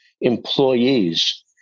employees